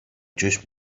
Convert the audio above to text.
just